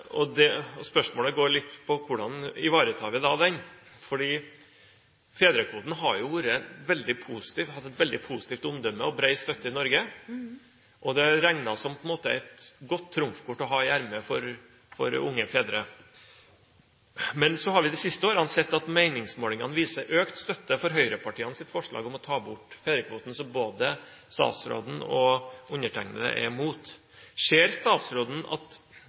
hatt et veldig positivt omdømme og bred støtte i Norge, og det er regnet som på en måte et godt trumfkort å ha i ermet for unge fedre. Men så har vi de siste årene sett at meningsmålingene viser økt støtte for høyrepartienes forslag om å ta bort fedrekvoten, som både statsråden og undertegnede er mot. Ser statsråden at